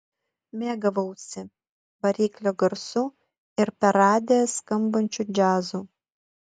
mėgavausi variklio garsu ir per radiją skambančiu džiazu